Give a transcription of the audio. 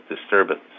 disturbance